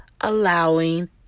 allowing